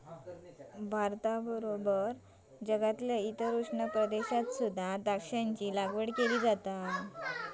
भारताबरोबर जगातल्या इतर उष्ण प्रदेशात द्राक्षांची लागवड केली जा